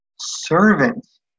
servants